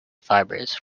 fibers